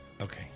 Okay